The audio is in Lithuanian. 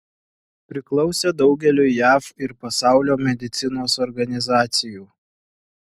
priklausė daugeliui jav ir pasaulio medicinos organizacijų